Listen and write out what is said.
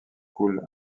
coule